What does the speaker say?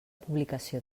publicació